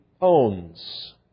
owns